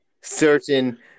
certain